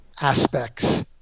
aspects